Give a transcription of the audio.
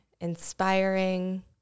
inspiring